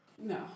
No